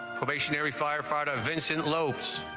commissioner firefighter vincent, low